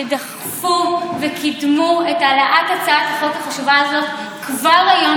שדחפו וקידמו את העלאת הצעת החוק החשובה הזאת כבר היום,